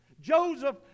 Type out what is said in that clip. Joseph